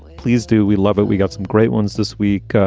please do we love it? we got some great ones this week.